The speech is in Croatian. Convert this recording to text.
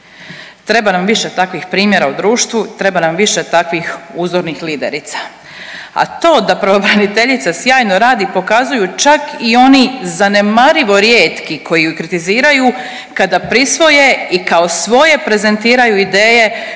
Treba nam više takvih primjera u društvu, treba nam više takvih uzornih liderica. A to da pravobraniteljica sjajno radi pokazuju čak i oni zanemarivo rijetki koji ju kritiziraju kada prisvoje i kao svoje prezentiraju ideje